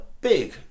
big